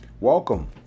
Welcome